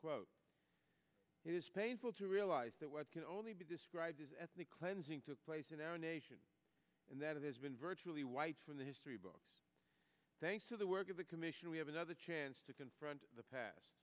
quote it is painful to realize that what can only be described as ethnic cleansing took place in our nation and that it has been virtually wiped from the history books thanks to the work of the commission we have another chance to confront the past